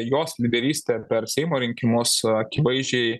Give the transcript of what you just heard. jos lyderystė per seimo rinkimus akivaizdžiai